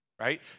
right